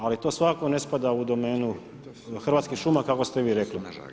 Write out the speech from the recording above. Ali, to svakako ne spada u domenu Hrvatskih šuma, kako ste vi rekli.